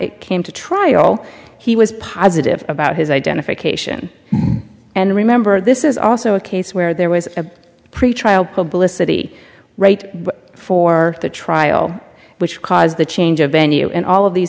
it came to trial he was positive about his identification and remember this is also a case where there was a pretrial publicity right before the trial which caused the change of venue and all of these